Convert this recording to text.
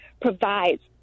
provides